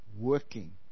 Working